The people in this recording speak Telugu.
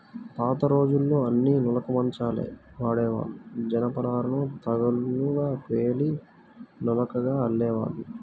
పాతరోజుల్లో అన్నీ నులక మంచాలే వాడేవాళ్ళు, జనపనారను తాళ్ళుగా పేని నులకగా అల్లేవాళ్ళు